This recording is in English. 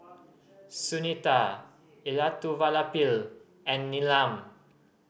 Sunita Elattuvalapil and Neelam